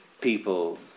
people